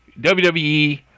WWE